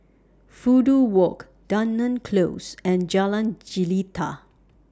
Fudu Walk Dunearn Close and Jalan Jelita